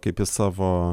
kaip į savo